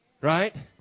Right